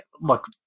look